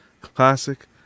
classic